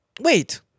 Wait